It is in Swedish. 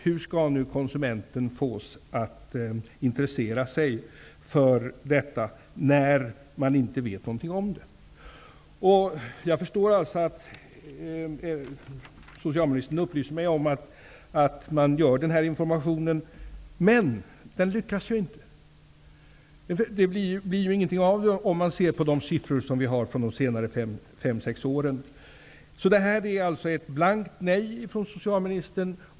Hur skall konsumenten fås att intressera sig för detta, när man inte vet någonting om det? Socialministern upplyser mig om att Systembolaget bedriver denna information. Men den lyckas ju inte! Det blir inget av det, om man ser på siffrorna från de senaste fem sex åren. Detta är alltså ett blankt nej från socialministern.